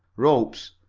ropes,